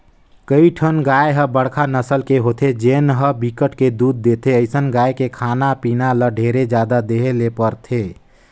कइठन गाय ह बड़का नसल के होथे जेन ह बिकट के दूद देथे, अइसन गाय के खाना पीना ल ढेरे जादा देहे ले परथे